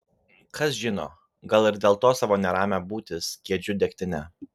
kas žino gal ir dėl to savo neramią būtį skiedžiu degtine